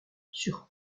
sur